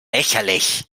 lächerlich